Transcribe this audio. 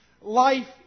life